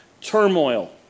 turmoil